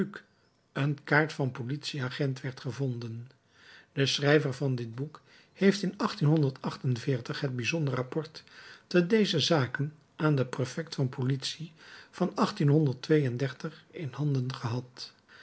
een kaart van politieagent werd gevonden de schrijver van dit boek heeft in het bijzonder rapport te dezer zake aan den prefect van politie van in handen gehad